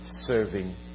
serving